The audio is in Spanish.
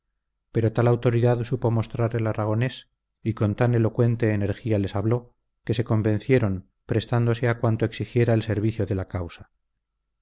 pero tal autoridad supo mostrar el aragonés y con tan elocuente energía les habló que se convencieron prestándose a cuanto exigiera el servicio de la causa